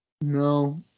No